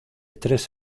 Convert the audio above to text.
tres